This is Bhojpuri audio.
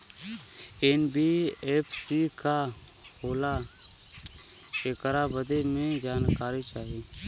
एन.बी.एफ.सी का होला ऐकरा बारे मे जानकारी चाही?